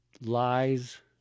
Lies